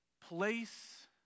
place